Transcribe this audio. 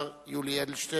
השר יולי אדלשטיין,